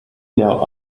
now